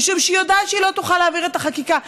משום שהיא יודעת שהיא לא תוכל להעביר את החקיקה.